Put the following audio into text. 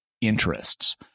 interests